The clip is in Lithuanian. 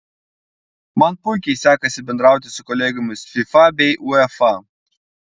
man puikiai sekasi bendrauti su kolegomis fifa bei uefa